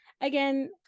Again